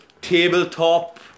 tabletop